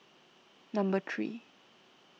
number three